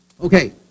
Okay